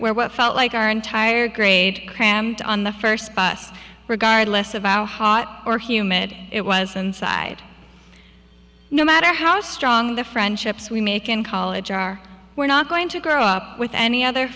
where what felt like our entire grade crammed on the first bus regardless of hot or humid it was inside no matter how strong the friendships we make in college are we're not going to grow up with any other